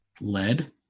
Lead